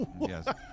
Yes